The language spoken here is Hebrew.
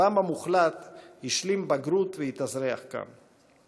רובם המוחלט השלימו בגרות והתאזרחו כאן.